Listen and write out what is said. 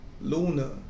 Luna